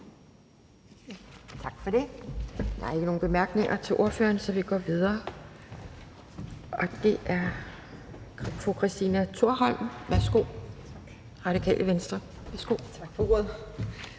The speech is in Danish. Tak for det. Der er ikke nogen bemærkninger til ordføreren. Så vi går videre, og det er fru Christina Thorholm, Radikale Venstre. Værsgo. Kl.